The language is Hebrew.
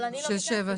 של שבע שנים.